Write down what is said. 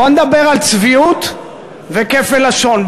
בוא נדבר על צביעות וכפל לשון.